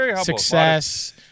success